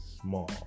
small